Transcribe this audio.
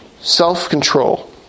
self-control